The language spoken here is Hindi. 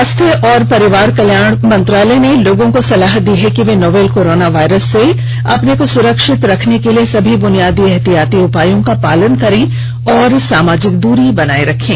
स्वास्थ्य और परिवार कल्याण मंत्रालय ने लोगों को सलाह दी है कि वे नोवल कोरोना वायरस से अपने को सुरक्षित रखने के लिए सभी बुनियादी एहतियाती उपायों का पालन करें और सामाजिक दूरी बनाए रखें